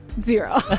Zero